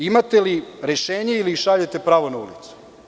Imate li rešenje ili ih šaljete pravo na ulicu?